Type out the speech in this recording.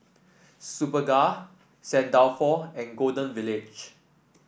Superga Saint Dalfour and Golden Village